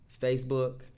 Facebook